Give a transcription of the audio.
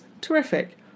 terrific